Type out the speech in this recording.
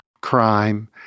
crime